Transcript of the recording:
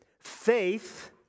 Faith